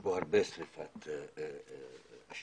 בו הרבה שריפת אשפה,